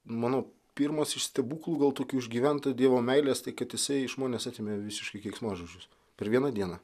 mano pirmas iš stebuklų gal tokių išgyventa dievo meilės tai kad jisai iš manęs atėmė visiškai keiksmažodžius per vieną dieną